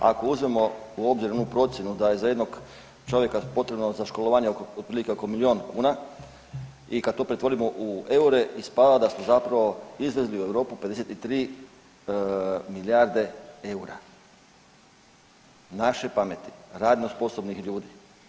Ako uzmemo u obzir onu procjenu da je za jednog čovjeka potrebno za školovanje otprilike oko milijun kuna i kada to pretvorimo u eure ispada da smo zapravo izvezli u Europu 53 milijarde eura naše pameti, radno sposobnih ljudi.